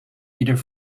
ieder